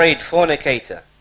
fornicator